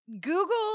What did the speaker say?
Google